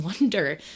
wonder